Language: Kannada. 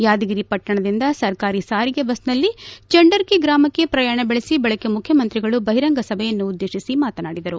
ಯಾದಗಿರಿ ಪಟ್ಟಣದಿಂದ ಸರ್ಕಾರಿ ಸಾರಿಗೆ ಬಸ್ನಲ್ಲಿ ಚಂಡರಕಿ ಗ್ರಾಮಕ್ಕೆ ಪ್ರಯಾಣ ಬೆಳೆಸಿ ಬಳಿಕ ಮುಖ್ಯಮಂತ್ರಿಗಳು ಬಹಿರಂಗ ಸಭೆಯನ್ನು ಉದ್ದೇತಿಸಿ ಮಾತನಾಡಿದರು